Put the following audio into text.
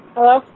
Hello